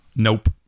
Nope